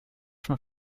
from